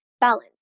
balance